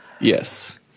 Yes